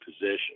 position